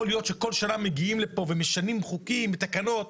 להיות שבכל שנה מגיעים לפה ומשנים חוקים ותקנות.